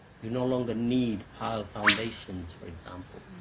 you no longer need pile foundations, for example.